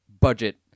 budget